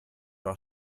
war